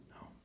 No